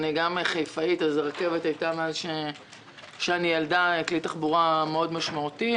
אני גם חיפאית אז הרכבת הייתה מאז שאני ילדה כלי תחבורה מאוד משמעותי.